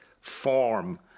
form